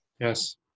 yes